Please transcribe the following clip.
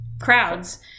crowds